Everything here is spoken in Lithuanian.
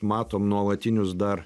matom nuolatinius dar